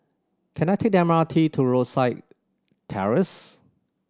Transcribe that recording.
can I take the M R T to Rosyth Terrace